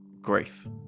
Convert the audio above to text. Grief